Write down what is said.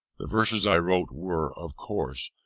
the verses i wrote were, of course,